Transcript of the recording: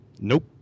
Nope